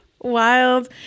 wild